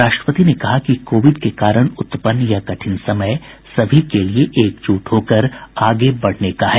राष्ट्रपति ने कहा है कि कोविड के कारण उत्पन्न यह कठिन समय सभी के लिए एकजुट होकर आगे बढ़ने का है